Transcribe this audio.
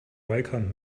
welcomed